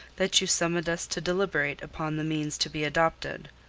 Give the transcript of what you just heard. that you summoned us to deliberate upon the means to be adopted.